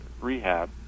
rehab